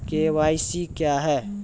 KYC क्या हैं?